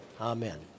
Amen